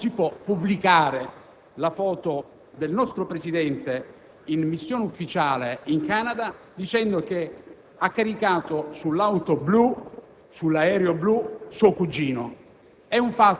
ha davvero bisogno di essere stigmatizzato: non si può pubblicare la foto del nostro Presidente in missione ufficiale in Canada dicendo che ha caricato sull'aereo blu